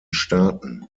staaten